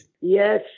Yes